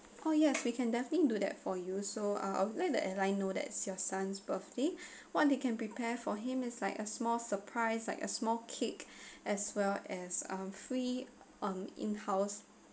oh yes we can definitely do that for you so err I'll let the airline know that's your son's birthday what they can prepare for him is like a small surprise like a small cake as well as um free um in house